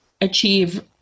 achieve